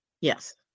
Yes